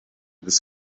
this